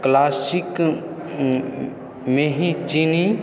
classic मेंही चीनी